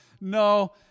no